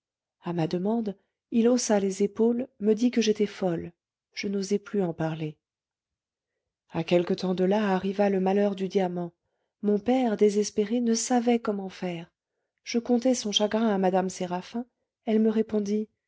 à ma demande il haussa les épaules me dit que j'étais folle je n'osai plus en parler à quelque temps de là arriva le malheur du diamant mon père désespéré ne savait comment faire je contai son chagrin à mme séraphin elle me répondit